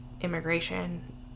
immigration